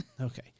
Okay